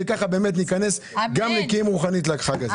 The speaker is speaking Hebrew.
וכך באמת ניכנס גם נקיים רוחנית לחג הזה.